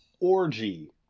orgy